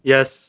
Yes